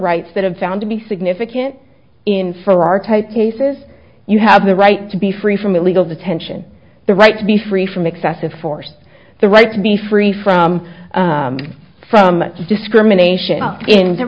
rights that have found to be significant in for archetypal cases you have the right to be free from illegal detention the right to be free from excessive force the right to be free from from discrimination in the